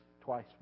twice